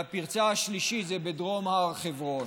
הפרצה השלישית היא בדרום הר חברון.